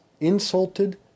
insulted